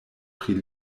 pri